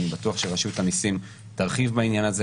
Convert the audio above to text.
אני בטוח שרשות המיסים תרחיב בעניין הזה,